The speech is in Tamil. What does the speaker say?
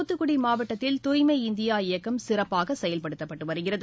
தூத்துக்குடிமாவட்டத்தில் தூய்மை இந்தியா இயக்கம் சிறப்பாகசெயல்படுத்தப்பட்டுவருகிறது